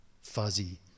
fuzzy